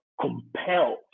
compelled